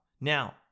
Now